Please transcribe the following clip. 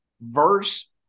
verse